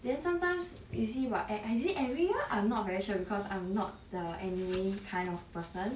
then sometimes you see but ah is it every year I'm not very sure because I'm not the anime kind of person